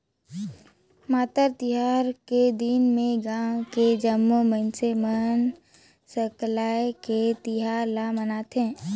मातर तिहार के दिन में गाँव के जम्मो मइनसे मन सकलाये के तिहार ल मनाथे